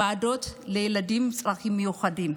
ועדות לילדים עם צרכים מיוחדים.